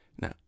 Now